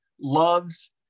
loves